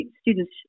students